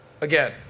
again